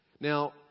Now